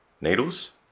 needles